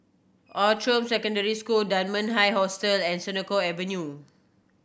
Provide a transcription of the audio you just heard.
Outram Secondary School Dunman High Hostel and Senoko Avenue